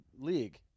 league